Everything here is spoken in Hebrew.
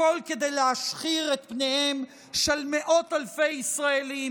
הכול כדי להשחיר את פניהם של מאות אלפי ישראלים,